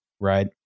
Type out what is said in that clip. right